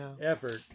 effort